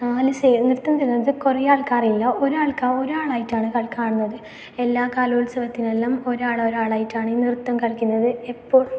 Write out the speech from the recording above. നാല് നൃത്തം ചെയ്യുന്നത് കുറെ ആൾക്കാറില്ല ഒരാൾക്ക് ഒരാളായിട്ടാണ് കളി കാണുന്നത് എല്ലാ കലോൽസവത്തിനെല്ലാം ഒരാൾ ഒരാളായിട്ടാണ് ഈ നൃത്തം കളിക്കുന്നത് എപ്പോൾ